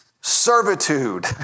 servitude